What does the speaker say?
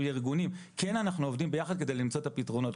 ארגונים שאנחנו עובדים ביחד כדי למצוא את הפתרונות.